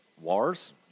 Wars